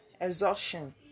exhaustion